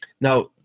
Now